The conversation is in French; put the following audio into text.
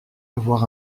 avoir